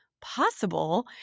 possible